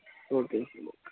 okay